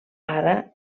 ara